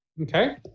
Okay